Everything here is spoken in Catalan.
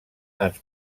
ens